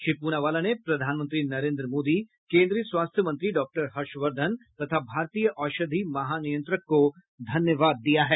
श्री प्रनावाला ने प्रधानमंत्री नरेन्द्र मोदी केन्द्रीय स्वास्थ्य मंत्री डॉ हर्षवर्धन तथा भारतीय औषधि महानियंत्रक को धन्यवाद दिया है